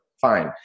fine